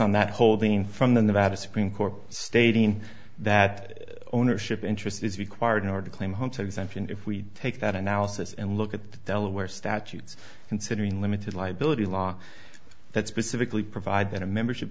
on that holding from the nevada supreme court stating that ownership interest is required in order to claim hotel exemption if we take that analysis and look at the delaware statutes considering limited liability law that specifically provide that a membership